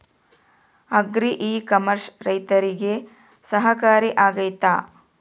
Agri e commerce ರೈತರಿಗೆ ಸಹಕಾರಿ ಆಗ್ತೈತಾ?